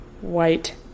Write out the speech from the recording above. white